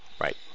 Right